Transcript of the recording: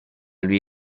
lui